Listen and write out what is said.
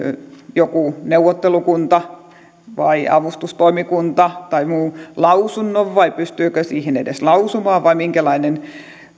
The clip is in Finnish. joku neuvottelukunta vai avustustoimikunta tai muu lausunnon vai pystyykö siihen edes lausumaan vai minkälainen